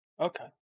Okay